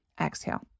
exhale